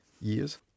years